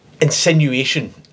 insinuation